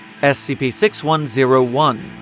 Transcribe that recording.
SCP-6101